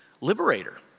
liberator